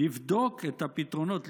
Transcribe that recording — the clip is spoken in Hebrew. הוא לבדוק את הפתרונות.